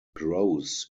grose